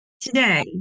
today